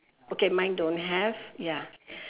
okay mine don't have ya